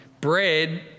Bread